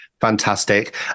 fantastic